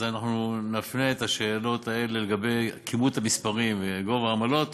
אז אנחנו נפנה את השאלות האלה לגבי כימות המספרים וגובה העמלות